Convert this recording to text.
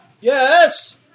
Yes